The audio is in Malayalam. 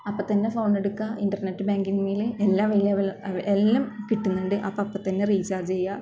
അപ്പം തന്നെ ഫോൺ എടുക്കുക ഇൻ്റർനെറ്റ് ബാങ്കിങ്ങിൽ എല്ലാം എല്ലാം അവ് എല്ലാം കിട്ടുന്നുണ്ട് അപ്പം അപ്പം തന്നെ റീചാർജ് ചെയ്യുക